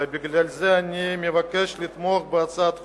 ובגלל זה אני מבקש לתמוך בהצעת החוק,